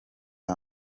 iya